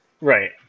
Right